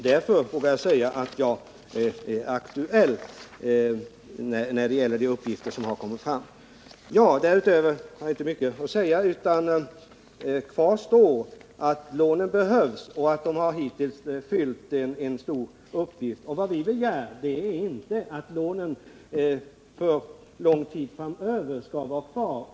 Därför vågar jag säga att jag är aktuell när det gäller de uppgifter som har kommit fram. Därutöver har jag inte mycket att säga. Men kvar står att lånen behövs och att de hittills har fyllt en stor uppgift. Vi begär inte att lånen för lång tid framöver skall vara kvar.